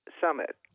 summit